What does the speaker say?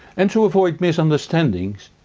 and to avoid misunderstandings.